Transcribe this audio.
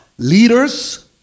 leaders